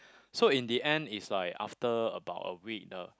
so in the end is like after about a week the